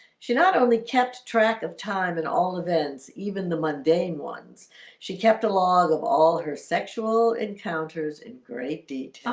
she not only kept track of time and all events. even the mundane ones she kept a log of all her sexual encounters in great deeds.